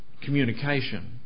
communication